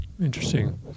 Interesting